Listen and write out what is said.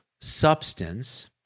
substance